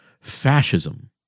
fascism